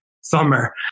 summer